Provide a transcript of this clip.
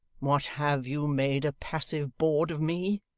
what, have you made a passive bawd of me?